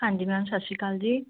ਹਾਂਜੀ ਮੈਮ ਸਤਿ ਸ਼੍ਰੀ ਅਕਾਲ ਜੀ